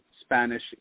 Spanish